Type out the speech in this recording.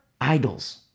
idols